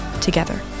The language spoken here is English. together